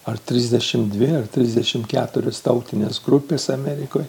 ar trisdešimt dvi ar trisdešimt keturios tautinės grupės amerikoje